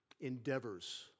endeavors